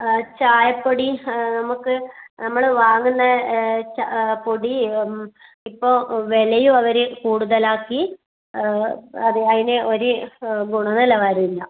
ചായപ്പൊടി നമുക്ക് നമ്മള് വാങ്ങുന്നത് പൊടി ഇപ്പോൾ വിലയും അവര് കൂടുതലാക്കി അത് അതിന് ഒര് ഗുണനിലവാരവും ഇല്ല